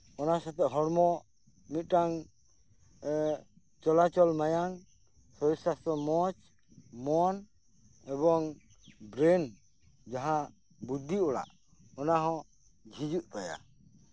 ᱚᱱᱟ ᱥᱟᱶᱛᱟ ᱦᱚᱲᱢᱚ ᱢᱤᱫᱴᱟᱝ ᱪᱚᱞᱟᱪᱚᱞ ᱢᱟᱭᱟᱝ ᱥᱚᱨᱤᱨ ᱥᱟᱥᱛᱷᱚ ᱢᱮᱸᱡᱽ ᱢᱚᱱ ᱮᱵᱚᱝ ᱵᱨᱮᱱ ᱡᱟᱦᱟᱸ ᱵᱩᱫᱽᱫᱷᱤ ᱚᱲᱟᱜ ᱚᱱᱟ ᱦᱚᱸ ᱡᱷᱤᱡᱩᱜ ᱛᱟᱭᱟ